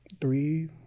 three